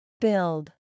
Build